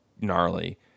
gnarly